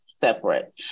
separate